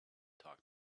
talk